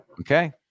Okay